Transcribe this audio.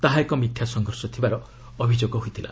ତାହା ଏକ ମିଥ୍ୟା ସଂଘର୍ଷ ଥିବାର ଅଭିଯୋଗ ହୋଇଥିଲା